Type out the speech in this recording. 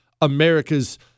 America's